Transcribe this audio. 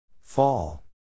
Fall